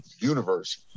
universe